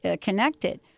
connected